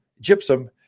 gypsum